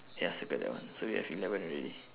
ya circle that one so we have eleven already